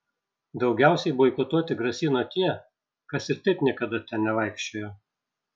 daugiausiai boikotuoti grasino tie kas ir taip niekada ten nevaikščiojo